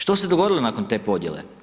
Što se dogodilo nakon te podijele?